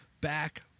back